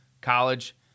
college